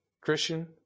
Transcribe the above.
Christian